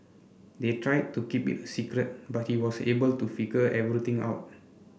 they tried to keep it a secret but he was able to figure everything out